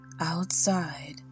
outside